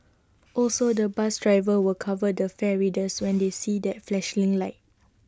also the bus drivers will cover the fare readers when they see that flashing light